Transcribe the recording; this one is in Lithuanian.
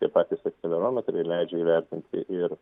tie patys akselerometrai leidžia įvertinti ir